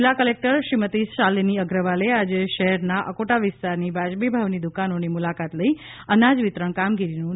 જિલ્લા કલેકટર શ્રીમતી શાલિની અગ્રવાલે આજે શહેરના અકોટા વિસ્તારની વાજબી ભાવની દુકાનોની મુલાકાત લઈ અનાજ વિતરણ કામગીરીનું નિરીક્ષણ કર્યું હતું